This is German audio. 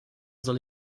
soll